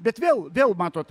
bet vėl vėl matot